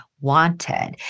wanted